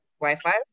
Wi-Fi